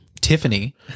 Tiffany